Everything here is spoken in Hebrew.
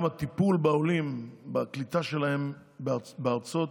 גם הטיפול בעולים, בקליטה שלהם, בארצות